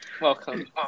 welcome